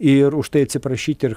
ir už tai atsiprašyt ir